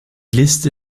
liste